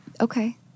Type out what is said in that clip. Okay